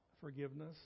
forgiveness